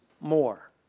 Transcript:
more